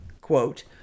quote